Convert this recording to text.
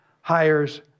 hires